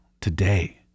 today